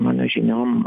mano žiniom